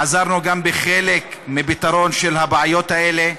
עזרנו גם בחלק מפתרון הבעיות האלה.